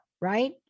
right